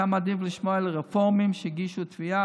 אתה מעדיף לשמוע לרפורמים שהגישו תביעה,